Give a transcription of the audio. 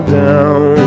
down